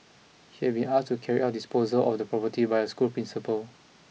he had been asked to carry out disposal of the property by a school principal